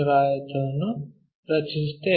ಆಯತವನ್ನು ರಚಿಸುತ್ತೇವೆ